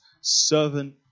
servant